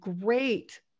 great